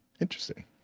Interesting